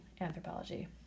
anthropology